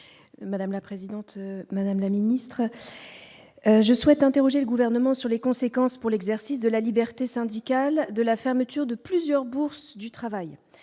Madame la présidente, madame la ministre je souhaite interroger le gouvernement sur les conséquences pour l'exercice de la liberté syndicale, de la fermeture de plusieurs bourses du travail